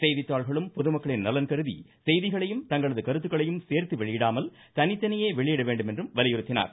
செய்தித்தாள்களும் பொதுமக்களின் நலன்கருதி செய்திகளையும் தங்களது கருத்துக்களையும் சேர்த்து வெளியிடாமல் தனித்தனியே வெளியிட வேண்டும் என்றும் வலியுறுத்தினார்